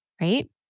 right